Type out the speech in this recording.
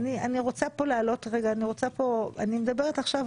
אני מדברת עכשיו